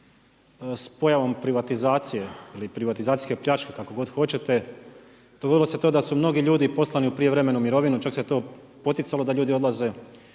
s pojavom privatizacije ili privatizacijske pljačke kako god hoćete dogodilo se to da su mnogi ljudi poslani u prijevremenu mirovinu. Čak se to poticalo da ljudi odlaze